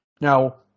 Now